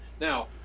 Now